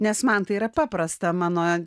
nes man tai yra paprasta mano